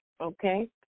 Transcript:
Okay